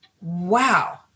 wow